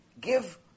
give